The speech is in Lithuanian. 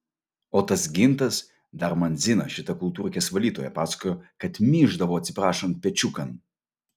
o tas gintas dar man zina šita kultūrkės valytoja pasakojo kad myždavo atsiprašant pečiukan